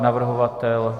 Navrhovatel?